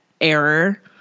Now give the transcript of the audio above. error